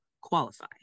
qualify